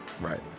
Right